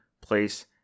place